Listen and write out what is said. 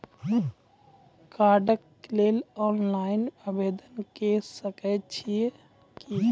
कार्डक लेल ऑनलाइन आवेदन के सकै छियै की?